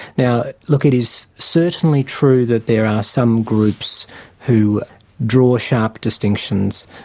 now, look, it is certainly true that there are some groups who draw sharp distinctions,